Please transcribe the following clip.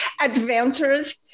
adventures